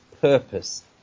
purpose